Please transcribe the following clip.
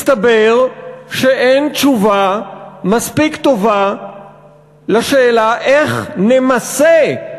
מסתבר שאין תשובה מספיק טובה על השאלה איך נמסה,